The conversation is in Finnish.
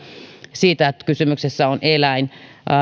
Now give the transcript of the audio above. siitä että kysymyksessä on eläin